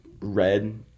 red